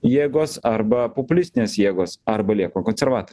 jėgos arba populistinės jėgos arba lieka konservatoriai